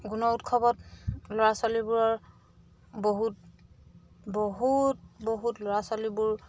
গুণ উৎসৱত ল'ৰা ছোৱালীবোৰৰ বহুত বহুত বহুত ল'ৰা ছোৱালীবোৰ